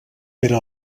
pere